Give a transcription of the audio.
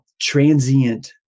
transient